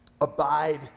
Abide